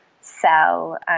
sell